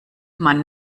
man